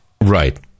Right